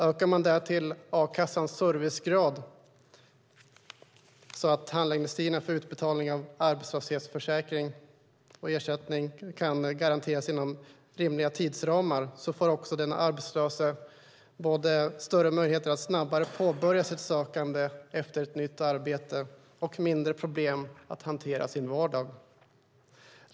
Ökar man därtill a-kassans servicegrad, så att handläggningstiderna för utbetalning av arbetslöshetsersättning kan garanteras inom rimliga tidsramar, får också den arbetslöse både större möjligheter att snabbare påbörja sitt sökande efter ett nytt arbete och mindre problem att hantera sin vardag.